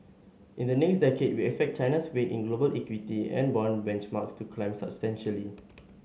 in the next decade we expect China's weight in global equity and bond benchmarks to climb substantially